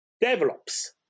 develops